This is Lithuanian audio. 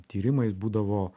tyrimais būdavo